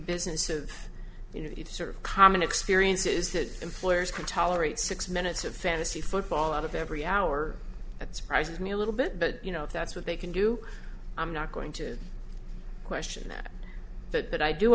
business of you know it's sort of common experiences that employers can tolerate six minutes of fantasy football out of every hour that surprises me a little bit but you know that's what they can do i'm not going to question that that but i do